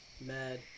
Mad